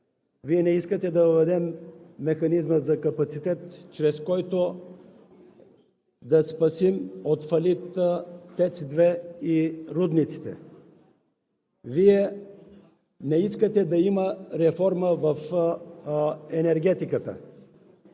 Вие не искате да въведем механизма за капацитет, чрез който да спасим от фалит ТЕЦ-2 и рудниците. Вие не искате да има реформа в енергетиката.